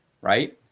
right